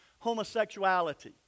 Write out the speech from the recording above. homosexuality